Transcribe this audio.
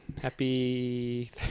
Happy